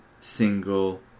single